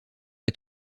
est